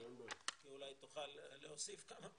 היא תוכל להוסיף כמה מילים,